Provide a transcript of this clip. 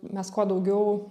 mes kuo daugiau